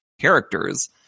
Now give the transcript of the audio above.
characters